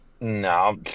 No